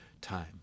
time